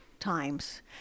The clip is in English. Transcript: times